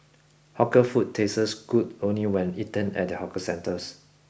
hawker food tastes good only when eaten at the Hawker Centers